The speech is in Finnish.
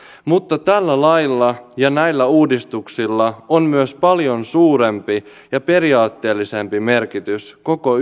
mutta tällä lailla ja näillä uudistuksilla on myös paljon suurempi ja periaatteellisempi merkitys koko